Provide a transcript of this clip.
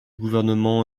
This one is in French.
gouvernement